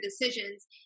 decisions